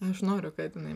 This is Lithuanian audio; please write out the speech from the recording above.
aš noriu kad jinai